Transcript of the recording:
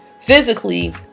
physically